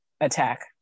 attack